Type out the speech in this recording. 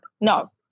No